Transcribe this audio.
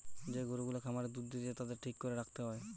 যে গরু গুলা খামারে দুধ দিতেছে তাদের ঠিক করে রাখতে হয়